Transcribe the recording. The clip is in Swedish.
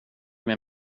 med